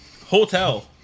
Hotel